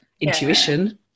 intuition